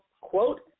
quote